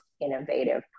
innovative